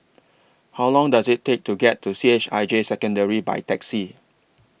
How Long Does IT Take to get to C H I J Secondary By Taxi